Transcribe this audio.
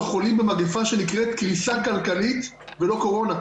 חולים במגפה שנקראת "קריסה כלכלית" ולא קורונה.